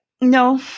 No